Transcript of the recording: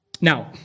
Now